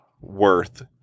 worth